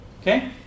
Okay